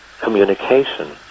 communication